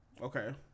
Okay